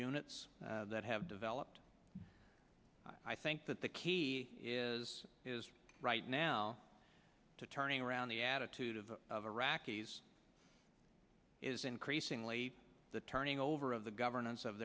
units that have developed i think that the key is is right now turning around the attitude of of iraqis is increasingly the turning over of the governance of